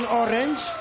orange